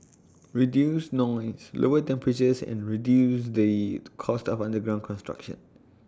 reduce noise lower temperatures and reduce the cost of underground construction